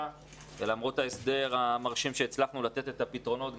ולמרות ההסדר המרשים שהצלחנו לתת את הפתרונות,